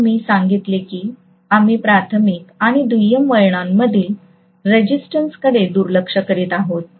आम्ही सांगितले कीं आम्ही प्राथमिक आणि दुय्यम वळणांमधील रेजिस्टन्स कडे दुर्लक्ष करीत आहोत